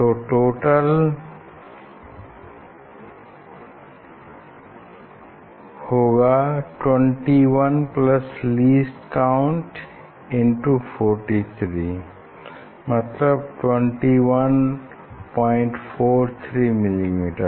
तो टोटल होगा 21 plus least count into 43 मतलब 2143 मिलीमीटर